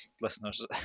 listeners